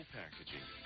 packaging